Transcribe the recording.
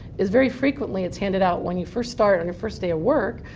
is very frequently it's handed out when you first start on your first day of work.